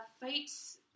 fights